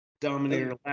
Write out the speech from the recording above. dominator